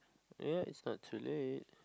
ya it's not too late